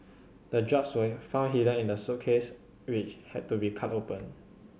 the drugs were found hidden in the suitcase which had to be cut open